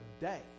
day